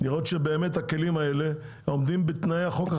לראות שבאמת הכלים האלה עומדים בתנאי החוק החדש.